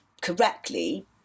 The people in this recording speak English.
correctly